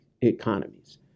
economies